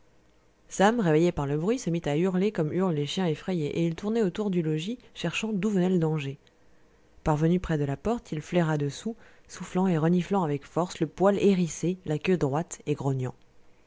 sam réveillé par le bruit se mit à hurler comme hurlent les chiens effrayés et il tournait autour du logis cherchant d'où venait le danger parvenu près de la porte il flaira dessous soufflant et reniflant avec force le poil hérissé la queue droite et grognant